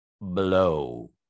Blow